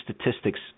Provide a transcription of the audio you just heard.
statistics